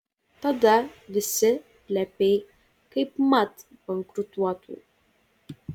tada visi plepiai kaipmat bankrutuotų